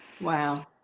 Wow